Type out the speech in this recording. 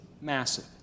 massive